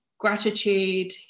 Gratitude